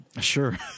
Sure